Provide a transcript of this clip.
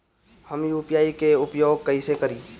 हम यू.पी.आई के उपयोग कइसे करी?